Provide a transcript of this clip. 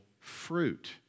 fruit